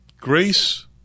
grace